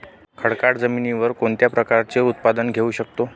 खडकाळ जमिनीवर कोणत्या प्रकारचे उत्पादन घेऊ शकतो?